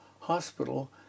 hospital